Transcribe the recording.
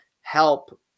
help